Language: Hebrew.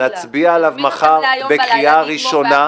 -- נצביע עליו מחר בקריאה ראשונה,